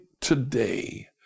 today